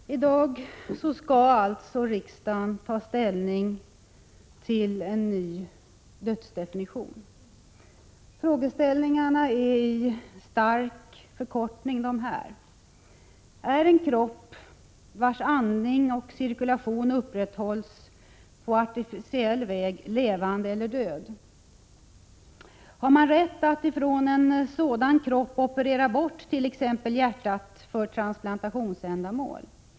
Herr talman! I dag skall riksdagen alltså ta ställning till en ny dödsdefinition. Frågeställningarna är i stark förkortning dessa: Är en kropp vars andning och cirkulation upprätthålls på artificiell väg levande eller död? Har man rätt att från en sådan kropp operera bort t.ex. hjärtat för transplantationsändamål?